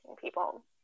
people